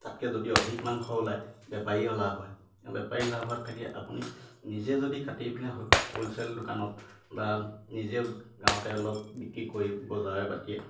তাতকে যদি অধিক মাংস ওলায় বেপাৰীও লাভ হয় বেপাৰী লাভ হোৱাত আপুনি নিজে যদি কাটি পেলাই হ'লচেল দোকানত বা নিজে গাঁৱতে অলপ বিক্ৰী কৰি বজাৰ বাতিয়ে